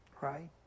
Right